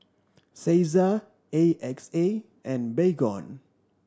Cesar A X A and Baygon